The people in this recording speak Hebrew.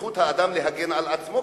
וזכות האדם להגן על עצמו,